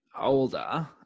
older